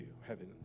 heaven